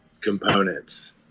components